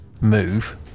move